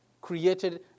created